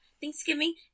Thanksgiving